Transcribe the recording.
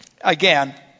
Again